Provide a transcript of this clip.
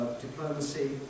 diplomacy